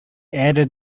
added